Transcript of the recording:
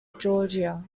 georgia